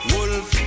Wolf